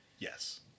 Yes